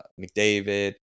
McDavid